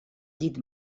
llit